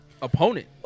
Opponent